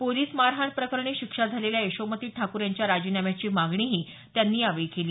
police मारहाणप्रकरणी शिक्षा झालेल्या यशोमती ठाकूर यांच्या राजीनाम्याची मागणी त्यांनी केली